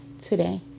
today